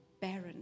barren